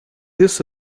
this